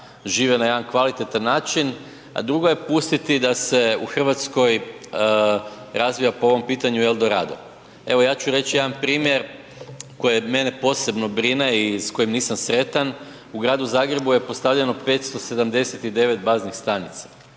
žive na jedan kvalitetan način, a drugo je pustiti da se u Hrvatskoj razvija po ovom pitanju El Dorado. Evo ja ću reći jedan primjer koji mene posebno brine i s kojim nisam sretan, u gradu Zagrebu je postavljeno 579 baznih stanica,